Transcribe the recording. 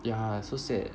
ya so sad